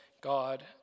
God